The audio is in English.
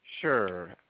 Sure